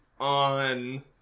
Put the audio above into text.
on